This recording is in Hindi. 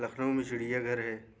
लखनऊ में चिड़ियाघर है